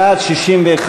בעד, 61,